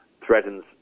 threatens